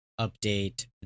update